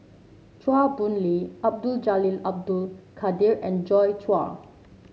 Chua Boon Lay Abdul Jalil Abdul Kadir and Joi Chua